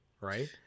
Right